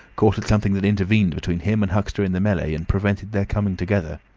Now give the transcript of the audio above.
caught at something that intervened between him and huxter in the melee, and prevented their coming together.